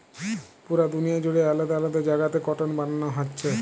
পুরা দুনিয়া জুড়ে আলাদা আলাদা জাগাতে কটন বানানা হচ্ছে